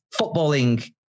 footballing